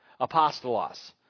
Apostolos